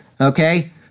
Okay